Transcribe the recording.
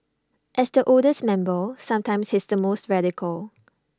as the oldest member sometimes he's the most radical